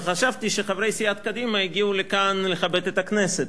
וחשבתי שחברי סיעת קדימה הגיעו לכאן לכבד את הכנסת.